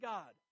God